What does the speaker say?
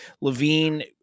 Levine